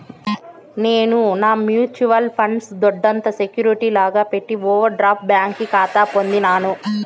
నేను నా mutual funds దొడ్డంత సెక్యూరిటీ లాగా పెట్టి ఓవర్ డ్రాఫ్ట్ బ్యాంకి కాతా పొందినాను